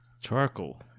charcoal